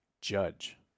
judge